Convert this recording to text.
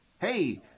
Hey